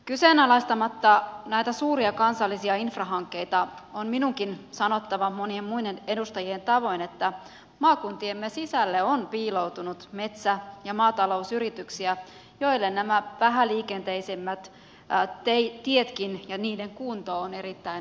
kyseenalaistamatta näitä suuria kansallisia infrahankkeita on minunkin sanottava monien muiden edustajien tavoin että maakuntiemme sisälle on piiloutunut metsä ja maatalousyrityksiä joille nämä vähäliikenteisemmät tietkin ja niiden kunto ovat erittäin merkittäviä ja tärkeitä asioita